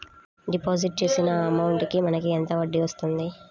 Deposit చేసిన amount కి మనకి ఎంత వడ్డీ వస్తుంది?